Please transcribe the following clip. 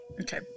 Okay